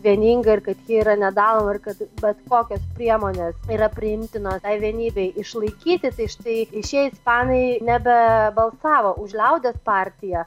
vieninga ir kad ji yra nedaloma ir kad bet kokios priemonės yra priimtinos tai vienybei išlaikyti tai štai šie ispanai nebe balsavo už liaudies partiją